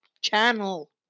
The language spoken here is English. channel